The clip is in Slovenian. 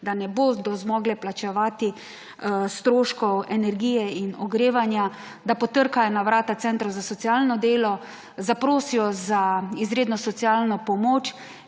da ne bodo zmogle plačevati stroškov energije in ogrevanja, da potrkajo na vrata centrov za socialno delo, zaprosijo za izredno socialno pomoč